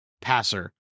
passer